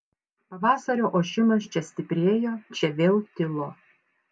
pavasario ošimas čia stiprėjo čia vėl tilo